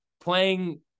playing